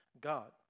God